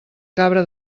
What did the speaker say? cabra